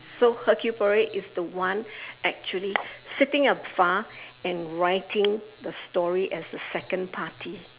so hercule-poirot is the one actually sitting up far and writing the story as the second party